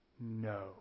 No